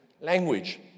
language